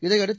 இதையடுத்து